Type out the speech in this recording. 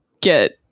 get